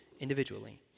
individually